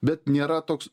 bet nėra toks